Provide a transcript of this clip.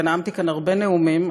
ונאמתי כאן הרבה נאומים,